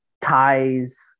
ties